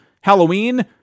Halloween